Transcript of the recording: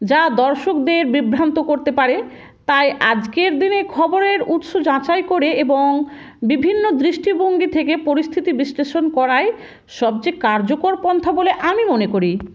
যা দর্শকদের বিভ্রান্ত করতে পারে তাই আজকের দিনে খবরের উৎস যাচাই করে এবং বিভিন্ন দৃষ্টিভঙ্গি থেকে পরিস্থিতি বিশ্লেষণ করাই সবচেয়ে কার্যকর পন্থা বলে আমি মনে করি